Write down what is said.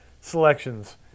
selections